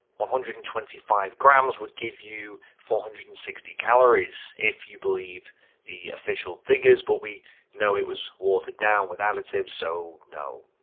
one hundred and twenty five grams would give you four hundred and sixty calories, if you believed the official figures, but we know it was watered down with additives, so no.